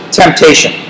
temptation